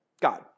god